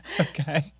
Okay